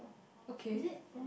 okay